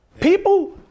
people